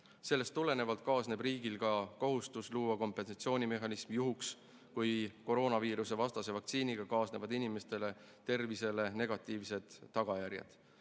Sellest tulenevalt kaasneb riigile ka kohustus luua kompensatsioonimehhanism juhuks, kui koroonaviirusevastase vaktsiiniga kaasnevad inimeste tervisele negatiivsed tagajärjed.